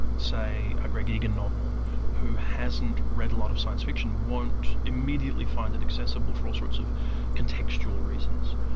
say, a greg egan novel who hasn't read a lot of science fiction, won't immediately find it accessible for all sorts of contextual reasons.